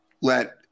let